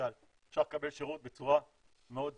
למשל אפשר לקבל שירות בצורה מאוד זמינה,